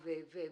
אמון.